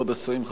כבוד השרים,